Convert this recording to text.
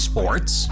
Sports